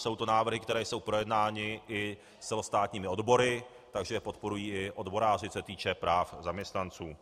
Jsou to návrhy, které jsou projednány celostátními odbory, takže je podporují i odboráři, co se týče práv zaměstnanců.